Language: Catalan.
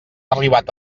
arribat